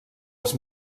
als